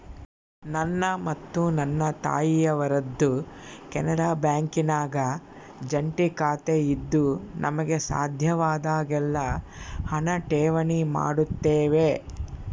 ನನ್ನ ಮತ್ತು ನನ್ನ ತಾಯಿಯವರದ್ದು ಕೆನರಾ ಬ್ಯಾಂಕಿನಾಗ ಜಂಟಿ ಖಾತೆಯಿದ್ದು ನಮಗೆ ಸಾಧ್ಯವಾದಾಗೆಲ್ಲ ಹಣ ಠೇವಣಿ ಮಾಡುತ್ತೇವೆ